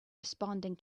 responding